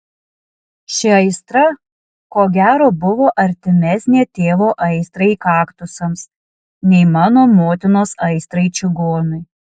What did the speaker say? ši aistra ko gero buvo artimesnė tėvo aistrai kaktusams nei mano motinos aistrai čigonui